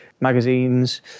magazines